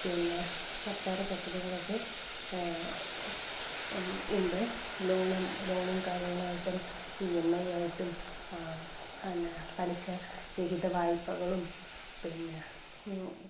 പിന്നെ സർക്കാറ് പദ്ധതികളൊക്കെ ഉണ്ട് ലോണും ലോണും കാര്യങ്ങളായിട്ടും ഇ എം ഐ ആയിട്ടും പിന്നെ പലിശ രഹിത വായ്പകളും പിന്നെ